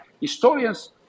historians